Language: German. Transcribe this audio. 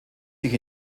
sich